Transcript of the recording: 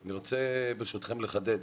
אני רוצה, ברשותכם, לחדד.